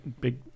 Big